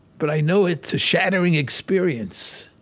but i know it's a shattering experience.